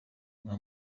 nka